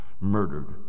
murdered